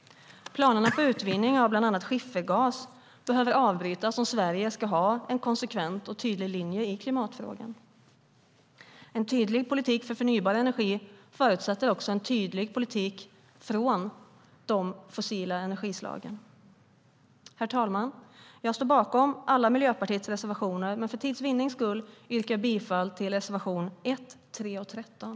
Planerna på utvinning av bland annat skiffergas behöver avbrytas om Sverige ska ha en konsekvent och tydlig linje i klimatfrågan. En tydlig politik för förnybar energi förutsätter också en tydlig politik bort från de fossila energislagen. Herr talman! Jag står bakom alla Miljöpartiets reservationer, men för tids vinnande yrkar jag bifall till reservationerna 1, 3 och 13.